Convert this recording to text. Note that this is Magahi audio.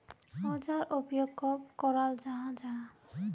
औजार उपयोग कब कराल जाहा जाहा?